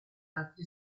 altri